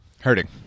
Hurting